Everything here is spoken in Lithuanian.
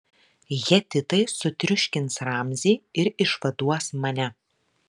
hetitai sutriuškins ramzį ir išvaduos mane